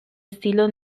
estilo